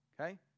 okay